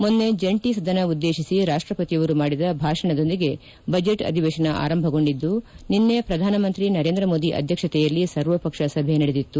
ಮೊನ್ನೆ ಜಂಟಿ ಸದನ ಉದ್ದೇಶಿಸಿ ರಾಷ್ಟ್ರಪತಿಯವರು ಮಾಡಿದ ಭಾಷಣದೊಂದಿಗೆ ಬಜೆಟ್ ಅಧಿವೇಶನ ಆರಂಭಗೊಂಡಿದ್ದು ನಿನ್ನೆ ಪ್ರಧಾನಮಂತ್ರಿ ನರೇಂದ್ರ ಮೋದಿ ಅಧ್ಯಕ್ಷತೆಯಲ್ಲಿ ಸರ್ವಪಕ್ಷ ಸಭೆ ನಡೆದಿತ್ತು